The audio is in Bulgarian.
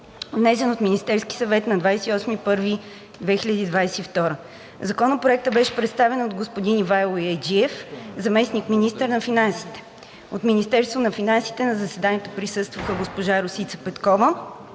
внесен от Министерския съвет на 28 януари 2022 г. Законопроектът беше представен от господин Ивайло Яйджиев – заместник-министър на финансите. От Министерството на финансите на заседанието присъстваха госпожа Росица Петкова